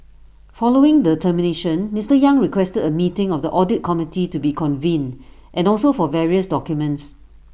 following the termination Mister yang requested A meeting of the audit committee to be convened and also for various documents